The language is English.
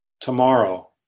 tomorrow